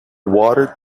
water